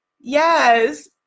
Yes